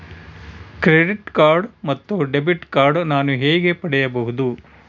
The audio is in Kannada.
ಕ್ರೆಡಿಟ್ ಕಾರ್ಡ್ ಮತ್ತು ಡೆಬಿಟ್ ಕಾರ್ಡ್ ನಾನು ಹೇಗೆ ಪಡೆಯಬಹುದು?